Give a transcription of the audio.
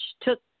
took